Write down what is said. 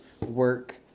work